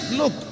look